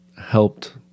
helped